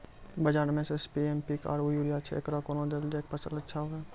बाजार मे SSP, MPK आरु यूरिया छैय, एकरा कैना देलल जाय कि फसल अच्छा हुये?